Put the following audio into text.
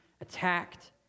attacked